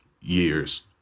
Years